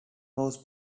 was